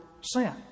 sin